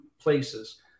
places